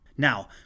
Now